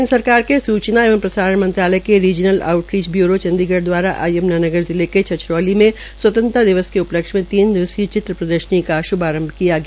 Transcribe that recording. केन्द्र सरकार के सूचना एवं प्रसारण मंत्रालय के रीज़नल आउटरीच ब्यूरो चंडीगढ़ दवारा आज यम्नानगर जिले के छछरौली में स्वतंत्रता दिवस के उपलक्ष्य में तीन दिवसीय चित्र प्रदर्शनी का श्भारंभ किया गया